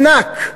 ענק,